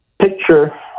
picture